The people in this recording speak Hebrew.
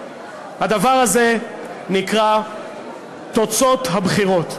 הדבר הזה נקרא תוצאות הבחירות.